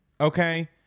okay